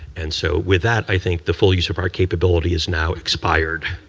and so with that, i think the full use of our capability is now expired.